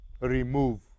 remove